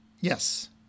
Yes